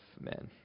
men